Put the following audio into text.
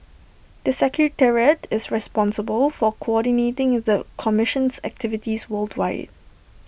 the secretariat is responsible for coordinating the commission's activities worldwide